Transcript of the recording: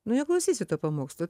nu neklausysi to pamokslo